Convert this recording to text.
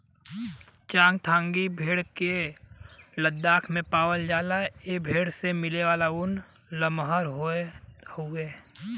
चांगथांगी भेड़ के लद्दाख में पावला जाला ए भेड़ से मिलेवाला ऊन लमहर होत हउवे